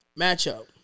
matchup